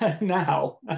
Now